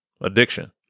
addiction